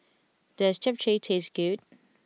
does Japchae taste good